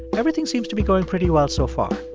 and everything seems to be going pretty well so far.